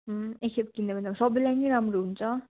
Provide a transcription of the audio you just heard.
एकखेप किन्यो भने सबैलाई नै राम्रो हुन्छ